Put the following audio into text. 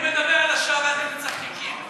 הוא מדבר על השואה ואתם מצחקקים.